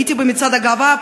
הייתי במצעד הגאווה,